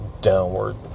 downward